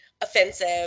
offensive